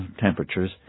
temperatures